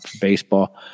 baseball